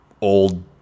old